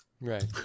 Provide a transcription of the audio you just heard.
right